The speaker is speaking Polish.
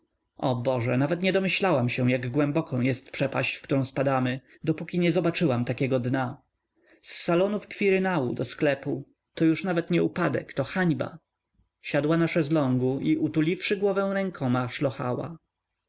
o boże nawet nie domyślałam się jak głęboką jest przepaść w którą spadamy dopóki nie zobaczyłam takiego dna z salonów kwirynału do sklepu to już nawet nie upadek to hańba siadła na szeslągu i utuliwszy głowę rękoma